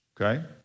okay